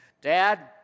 Dad